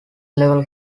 level